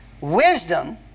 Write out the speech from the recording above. Wisdom